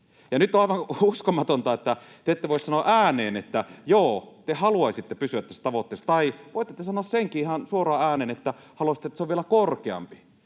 Nyt on aivan uskomatonta, että te ette voi sanoa ääneen, että joo, te haluaisitte pysyä tässä tavoitteessa — tai voitte te sanoa senkin ihan suoraan ääneen, että haluaisitte, että se on vielä korkeampi